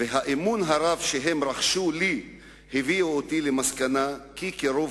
והאמון הרב שהם רחשו לי הביאו אותי למסקנה כי קירוב